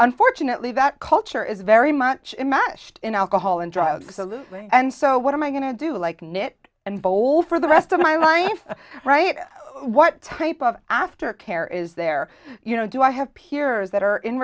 unfortunately that culture is very much in mashed in alcohol and drugs to lose weight and so what am i going to do like mitt and bowl for the rest of my line right what type of aftercare is there you know do i have peers that are in